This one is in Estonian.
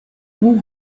muu